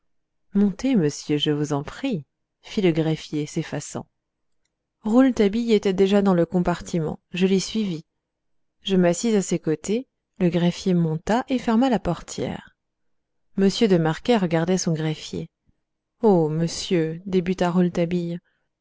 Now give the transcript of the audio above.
montez monsieur je vous en prie fit le greffier s'effaçant rouletabille était déjà dans le compartiment je l'y suivis je m'assis à ses côtés le greffier monta et ferma la portière m de marquet regardait son greffier oh monsieur débuta